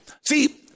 See